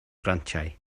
grantiau